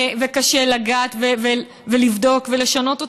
וקשה לגעת ולבדוק ולשנות אותו,